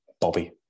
Bobby